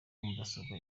mudasobwa